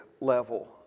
level